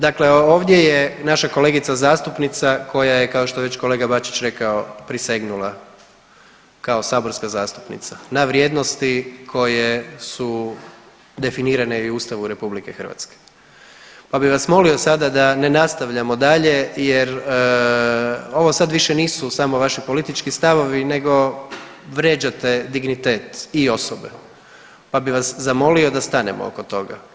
Dakle, ovdje je naša kolegica zastupnica koja je kao što je već kolega Bačić rekao prisegnula kao saborska zastupnica na vrijednosti koje su definirane i u Ustavu RH, pa bi vas molio sada da ne nastavljamo dalje jer ovo sad više nisu samo vaši politički stavovi nego vrijeđate dignitet i osobe, pa bi vas zamolio da stanemo oko toga.